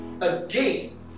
again